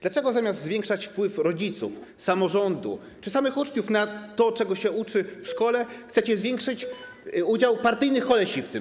Dlaczego, zamiast zwiększać wpływ rodziców, samorządu czy samych uczniów na to, czego się uczy w szkole, chcecie zwiększyć udział partyjnych kolesi w tym?